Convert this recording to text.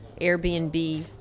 Airbnb